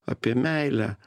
apie meilę